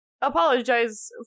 apologize